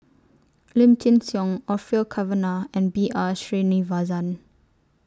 Lim Chin Siong Orfeur Cavenagh and B R Sreenivasan